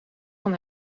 kan